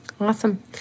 Awesome